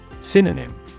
Synonym